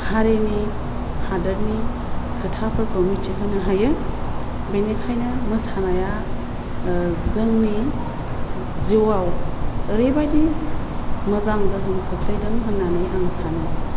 हारिनि हादरनि खोथाफोरखौ मिथिहोनो हायो बिनिखायनो मोसानाया जोंनि जिउआव ओरैबायदि मोजां गोहोम खोख्लैदों होन्नानै आं सानो